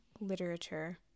Literature